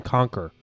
Conquer